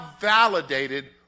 validated